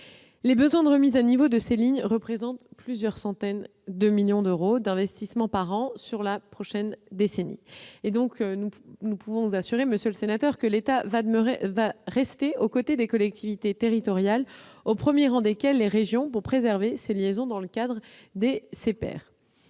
Les besoins de remise à niveau de ces lignes représenteront plusieurs centaines de millions d'euros d'investissements par an durant la prochaine décennie. Nous pouvons vous assurer, monsieur le sénateur, que l'État demeurera au côté des collectivités territoriales, au premier rang desquelles les régions, pour préserver ces liaisons dans le cadre des